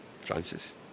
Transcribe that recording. Francis